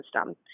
system